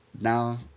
Now